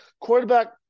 quarterback